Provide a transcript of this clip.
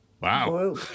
Wow